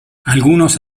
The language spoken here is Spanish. algunos